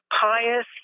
pious